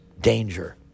danger